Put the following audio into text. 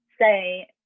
Say